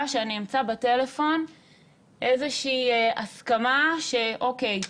שאני אמצא בטלפון איזה שהיא הסכמה שאוקיי,